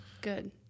good